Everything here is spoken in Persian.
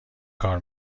کار